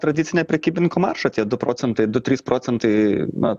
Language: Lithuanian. tradicinė prekybininkų marža tie du procentai du trys procentai na